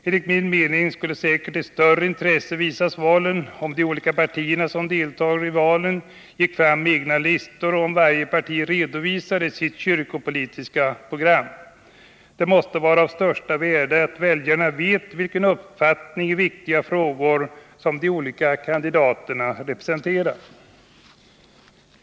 Enligt min mening skulle säkerligen ett större intresse visas valen, om de olika partier som deltar i valen gick fram med egna listor och om varje parti redovisade sitt kyrkopolitiska program. Det måste vara av största värde att väljarna vet vilken uppfattning i viktiga frågor som de olika kandidaterna representerar.